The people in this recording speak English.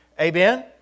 Amen